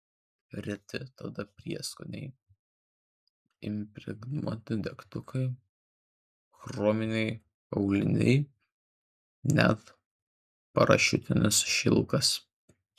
reti tada prieskoniai impregnuoti degtukai chrominiai auliniai net parašiutinis šilkas